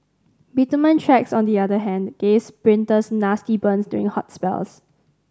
bitumen tracks on the other hand gave sprinters nasty burns during hot spells